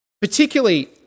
Particularly